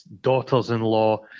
daughters-in-law